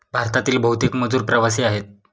भारतातील बहुतेक मजूर प्रवासी आहेत